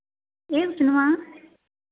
ഏതു സിനിമ